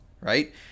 right